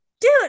dude